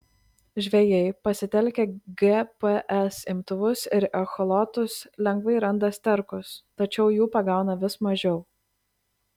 žvejai pasitelkę gps imtuvus ir echolotus lengvai randa sterkus tačiau jų pagauna vis mažiau